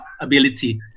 ability